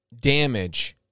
damage